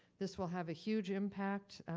this will have a huge impact.